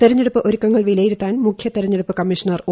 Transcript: തീരഞ്ഞെടുപ്പ് ഒരുക്കങ്ങൾ വിലയിരുത്താൻ മുഖ്യ തിരഞ്ഞെടുപ്പ് കമ്മീഷണർ ഒ